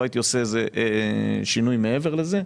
לא הייתי עושה שינוי מעבר לזה.